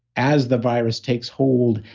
as the virus takes hold,